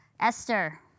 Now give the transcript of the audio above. Esther